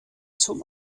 zum